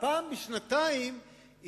אני אומר לך שניסינו לקיים דיון,